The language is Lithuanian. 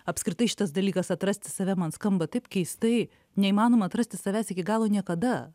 apskritai šitas dalykas atrasti save man skamba taip keistai neįmanoma atrasti savęs iki galo niekada